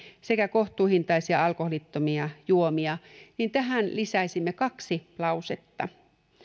sekä kohtuuhintaisia alkoholittomia juomia niin tähän lisäisimme kaksi lausetta